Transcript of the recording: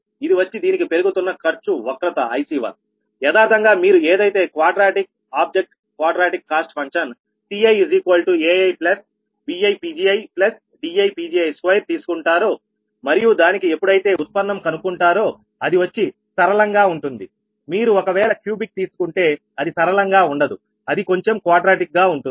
ఇది వచ్చి దీనికి పెరుగుతున్న ఖర్చు వక్రత IC1యదార్ధంగా మీరు ఏదైతే quadratic object quadratic cost function CiaibiPgidiPgi2తీసుకుంటారో మరియు దానికి ఎప్పుడైతే ఉత్పన్నం కనుక్కుంటారో అది వచ్చి సరళంగా ఉంటుంది మీరు ఒకవేళ క్యూబిక్ తీసుకుంటే అది సరళంగా ఉండదు అది కొంచెం క్వాడ్రాటిక్ గా ఉంటుంది